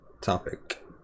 topic